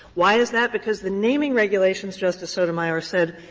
why is that? because the naming regulations, justice sotomayor, said,